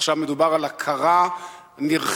עכשיו מדובר על הכרה נרחבת